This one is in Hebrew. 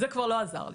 זה כבר לא עזר לי.